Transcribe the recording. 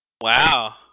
wow